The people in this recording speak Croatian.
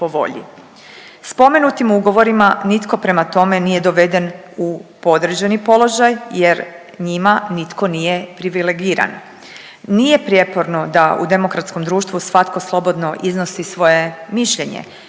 Spomenutim ugovorima nitko prema tome nije doveden u podređeni položaj jer njima nitko nije privilegiran. Nije prijeporno da u demokratskom društvu svatko slobodno iznosi svoje mišljenje